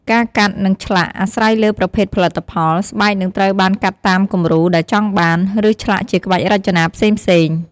ការកាត់ និងឆ្លាក់ អាស្រ័យលើប្រភេទផលិតផល ស្បែកនឹងត្រូវបានកាត់តាមគំរូដែលចង់បាន ឬឆ្លាក់ជាក្បាច់រចនាផ្សេងៗ។